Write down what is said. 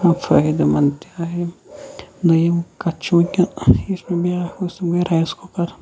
فٲیدٕ مَنٛد تہِ آیہِ دٔیِم کتھ چھِ وٕنکٮ۪ن یُس مےٚ بیاکھ ووٚن تِم گٔے رایِس کُکَر